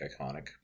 iconic